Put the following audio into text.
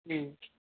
ꯎꯝ